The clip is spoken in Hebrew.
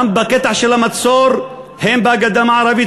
גם בקטע של המצור, הן בגדה המערבית